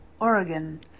Oregon